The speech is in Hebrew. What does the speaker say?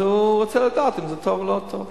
אז הוא רוצה לדעת אם הוא טוב או לא טוב.